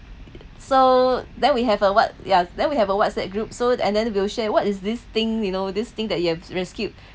so that we have a what ya then we have a whatsapp group so and then we'll share what is this thing you know this thing that you have rescued